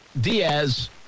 Diaz